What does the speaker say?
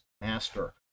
master